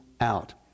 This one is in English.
out